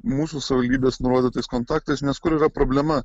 mūsų savivaldybės nurodytais kontaktais nes kur yra problema